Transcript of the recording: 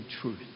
truth